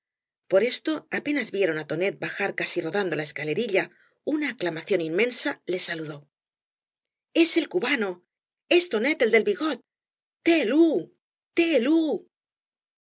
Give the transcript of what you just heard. por esto apenas vieron á tonet bajar casi rodando la escalerilla una aclamación inmensa le saludó es el cubano es tonet el del bigdt i te el ú